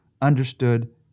understood